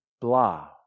blah